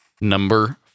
Number